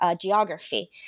geography